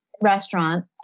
restaurant